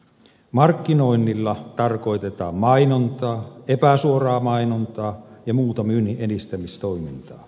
markkinoinnilla tarkoitetaan mainontaa epäsuoraa mainontaa ja muuta myynnin edistämistoimintaa